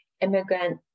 immigrant